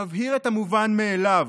מבהיר את המובן מאליו,